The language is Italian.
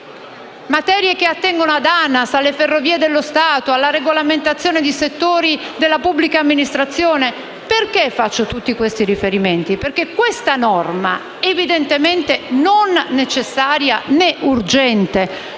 materie che attengono ad ANAS, alle Ferrovie dello Stato, alla regolamentazione di settori della pubblica amministrazione. E faccio tutti questi riferimenti, perché questa norma evidentemente non è necessaria né urgente,